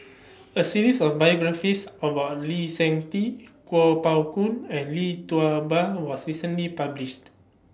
A series of biographies about Lee Seng Tee Kuo Pao Kun and Lee Tua Ba was recently published